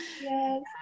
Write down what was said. Yes